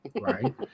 right